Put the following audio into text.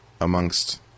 amongst